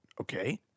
okay